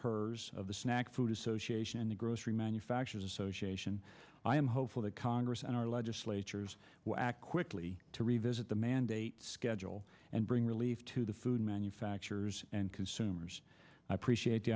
hers of the snack food association and the grocery manufacturers association i am hopeful that congress and our legislatures quickly to revisit the mandate schedule and bring relief to the food manufacturers and consumers i appreciate the